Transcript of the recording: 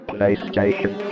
PlayStation